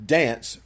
dance